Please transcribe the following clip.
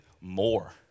more